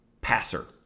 passer